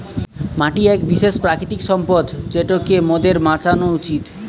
মাটি এক বিশেষ প্রাকৃতিক সম্পদ যেটোকে মোদের বাঁচানো উচিত